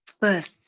first